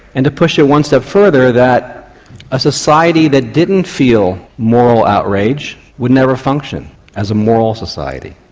and to push it one step further, that a society that didn't feel moral outrage would never function as a moral society.